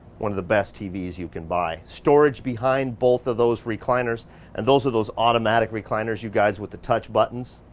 one of the best tvs you can buy. storage behind both of those recliners and those are those automatic recliners, you guys, with the touch buttons.